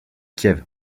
kiev